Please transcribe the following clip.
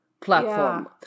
platform